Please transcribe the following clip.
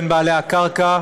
בין בעלי הקרקע,